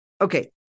Okay